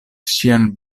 ŝian